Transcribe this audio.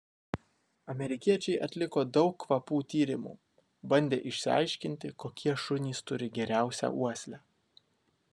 amerikiečiai atliko daug kvapų tyrimų bandė išsiaiškinti kokie šunys turi geriausią uoslę